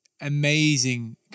amazing